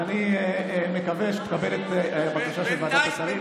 ואני מקווה שתקבל את הבקשה של ועדת השרים.